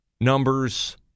numbers